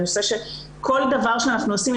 כל דבר שאנחנו עושים,